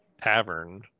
tavern